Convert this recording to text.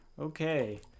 Okay